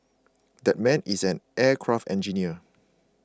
that man is an aircraft engineer